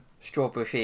Strawberry